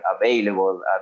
available